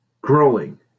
growing